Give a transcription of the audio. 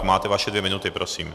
Máte vaše dvě minuty, prosím.